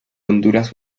honduras